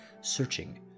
searching